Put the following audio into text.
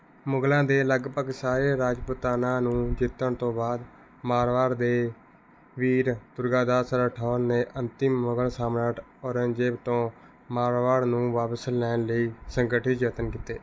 ਮੁਗਲਾਂ ਦੇ ਲਗਭਗ ਸਾਰੇ ਰਾਜਪੂਤਾਨਾ ਨੂੰ ਜਿੱਤਣ ਤੋਂ ਬਾਅਦ ਮਾਰਵਾੜ ਦੇ ਵੀਰ ਦੁਰਗਾਦਾਸ ਰਾਠੌਰ ਨੇ ਅੰਤਿਮ ਮੁਗਲ ਸਮਰਾਟ ਔਰੰਗਜ਼ੇਬ ਤੋਂ ਮਾਰਵਾੜ ਨੂੰ ਵਾਪਸ ਲੈਣ ਲਈ ਸੰਗਠਿਤ ਯਤਨ ਕੀਤੇ